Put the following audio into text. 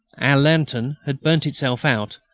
our lantern had burnt itself out,